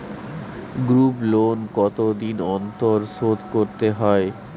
Group loan কতদিন অন্তর শোধকরতে হয়?